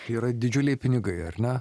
tai yra didžiuliai pinigai ar ne